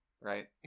Right